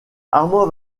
armand